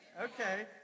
Okay